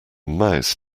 mouse